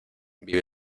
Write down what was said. vive